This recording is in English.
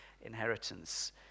inheritance